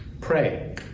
Pray